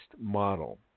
model